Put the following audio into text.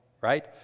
right